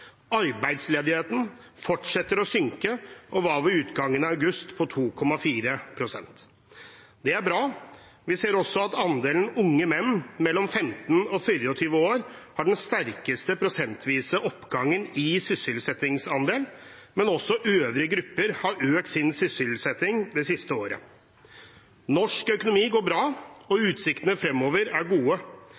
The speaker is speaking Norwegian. Arbeidsledigheten fortsetter å synke og var ved utgangen av august på 2,4 pst. Det er bra. Vi ser også at andelen unge menn mellom 15 og 24 år har den sterkeste prosentvise oppgangen i sysselsettingsandel, men også øvrige grupper har økt sin sysselsetting det siste året. Norsk økonomi går bra, og utsiktene fremover er gode.